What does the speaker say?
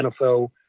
NFL